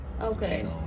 Okay